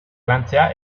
lantzea